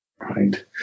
Right